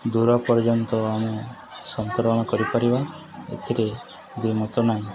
ଦୂର ପର୍ଯ୍ୟନ୍ତ ଆମେ ସନ୍ତରଣ କରିପାରିବା ଏଥିରେ ଦି ମତ ନାହିଁ